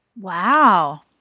Wow